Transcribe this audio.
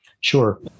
Sure